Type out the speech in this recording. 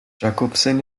jacobsen